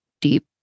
deep